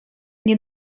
nie